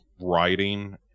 writing